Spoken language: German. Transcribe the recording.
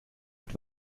mit